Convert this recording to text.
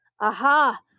aha